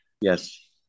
Yes